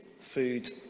food